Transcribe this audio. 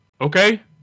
Okay